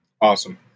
Awesome